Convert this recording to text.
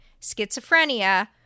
schizophrenia